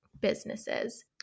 businesses